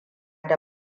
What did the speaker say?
da